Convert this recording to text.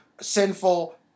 sinful